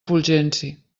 fulgenci